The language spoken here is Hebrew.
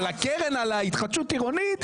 אבל הקרן להתחדשות עירונית,